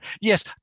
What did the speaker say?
Yes